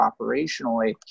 operationally